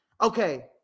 okay